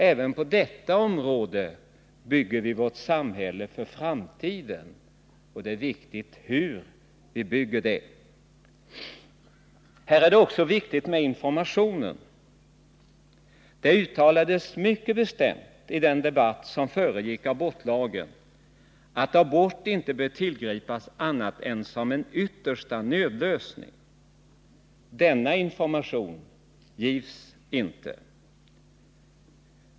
Även på detta område bygger vi för framtiden, och det är viktigt hur vi gör det. Här är det också viktigt med informationen. Det uttalades mycket bestämt iden debatt som föregick abortlagen att abort inte bör tillgripas annat än som en yttersta nödlösning. Sådan information ges inte.